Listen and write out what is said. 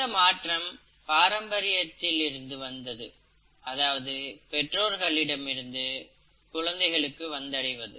இந்த மாற்றம் பாரம்பரியத்தில் இருந்து வந்தது அதாவது பெற்றோர்களிடமிருந்து குழந்தைகளுக்கு வந்தடைவது